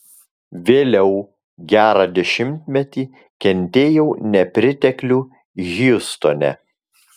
vėliau gerą dešimtmetį kentėjau nepriteklių hjustone